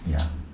ya